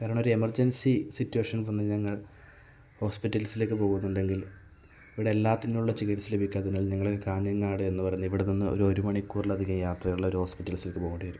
കാരണം ഒരു emergency situation വന്നാൽ ഞങ്ങൾ ഹോസ്പിറ്റൽസിലേക്ക് പോകുന്നുണ്ടെങ്കിൽ ഇവിടെ എല്ലാത്തിനും ഉള്ള ചികിത്സ ലഭിക്കാത്തതിനാൽ ഞങ്ങൾ കാഞ്ഞങ്ങാട് എന്ന് പറഞ്ഞ ഇവിടെ നിന്ന് ഒരു ഒരു മണിക്കൂറിലധികം യാത്രയുള്ള ഒരു ഹോസ്പിറ്റൽസിലേക്ക് പോകണ്ടി വരും